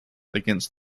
against